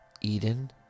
Eden